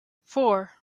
four